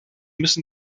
müssen